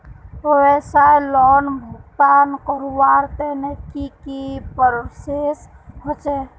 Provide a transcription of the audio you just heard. व्यवसाय लोन भुगतान करवार तने की की प्रोसेस होचे?